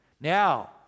Now